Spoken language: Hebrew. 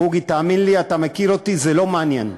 בוגי, תאמין לי, אתה מכיר אותי, זה לא מעניין,